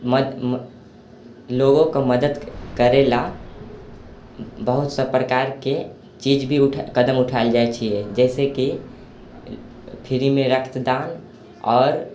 मद लोगोके मदद करैला बहुत सब प्रकारके चीज भी कदम उठायल जाइ छियै जैसे कि फ्रीमे रक्त दान आओर